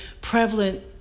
prevalent